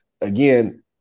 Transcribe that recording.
Again